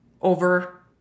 over